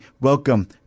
welcome